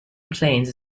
plains